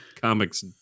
comics